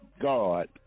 God